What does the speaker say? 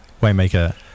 Waymaker –